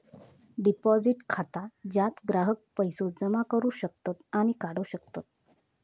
deposit खाता ज्यात ग्राहक पैसो जमा करू शकतत आणि काढू शकतत